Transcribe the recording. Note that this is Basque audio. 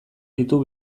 ditu